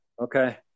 Okay